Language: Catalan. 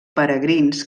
peregrins